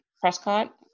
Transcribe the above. Prescott